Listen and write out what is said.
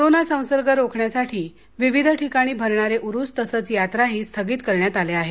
corona संसर्ग रोखण्यासाठी विविध ठिकाणी भरणारे उरूस तसंच यात्राही स्थगित करण्यात आल्या आहेत